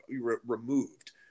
removed